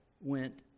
went